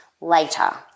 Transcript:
later